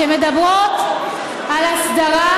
שמדברות על הסדרה,